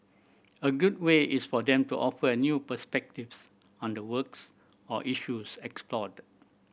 a good way is for them to offer new perspectives on the works or issues explored